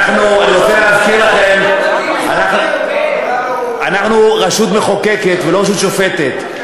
אני רוצה להזכיר לכם: אנחנו רשות מחוקקת ולא רשות שופטת,